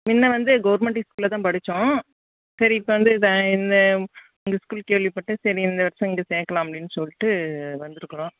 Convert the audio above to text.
முன்ன வந்து கவர்மெண்ட் ஸ்கூலில்தான் படித்தோம் சரி இப்போ வந்து இந்த உங்கள் ஸ்கூல் கேள்விப்பட்டு சரி இந்த வருஷம் இங்கே சேர்க்கலாம் அப்படின் சொல்லிட்டு வந்திருக்குறோம்